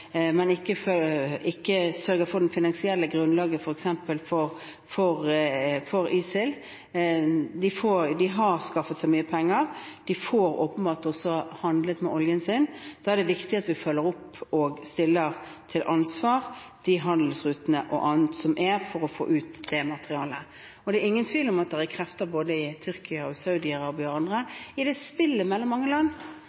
det finansielle grunnlaget f.eks. for ISIL, som har skaffet seg mye penger. De får åpenbart også handlet med oljen sin. Da er det viktig at vi følger opp og stiller til ansvar i forhold til de handelsrutene og annet som er for å få ut det materialet. Det er ingen tvil om at det er krefter både i Tyrkia og Saudi-Arabia og andre i spillet mellom mange land